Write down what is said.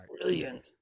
brilliant